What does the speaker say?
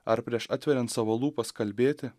ar prieš atveriant savo lūpas kalbėti